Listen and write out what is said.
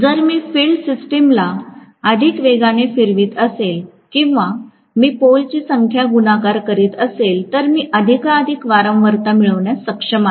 जर मी फील्ड सिस्टमला अधिक वेगाने फिरवित असेल किंवा मी पोलची संख्या गुणाकार करीत असेल तर मी अधिकाधिक वारंवारता मिळविण्यास सक्षम आहे